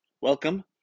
Welcome